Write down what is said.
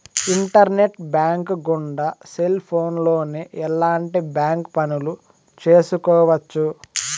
internet bank గుండా cell ఫోన్లోనే ఎలాంటి బ్యాంక్ పనులు చేసుకోవచ్చు